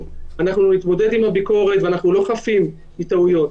נתמודד עם הביקורת ואנחנו לא חפים מטעויות,